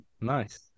nice